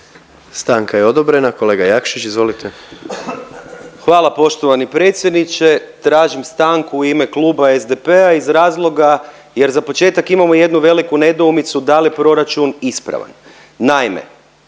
Stanka je odobrena. Kolega Jakšić izvolite. **Jakšić, Mišel (SDP)** Hvala poštovani predsjedniče, tražim stanku u ime Kluba SDP-a iz razloga jer za početak imamo jednu veliku nedoumicu da li je proračun ispravan.